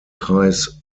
kreis